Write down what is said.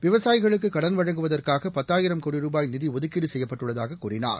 விவசாயிகளுக்கு கடன் வழங்குவதற்காக பத்தாயிரம் கோடி ரூபாய் நிதி ஒதுக்கீடு செய்யப்பட்டுள்ளதாகக் கூறினார்